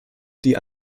diese